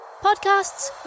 podcasts